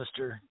Mr